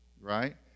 Right